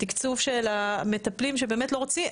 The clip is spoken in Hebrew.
התקצוב של המטפלים שבאמת לא רוצים.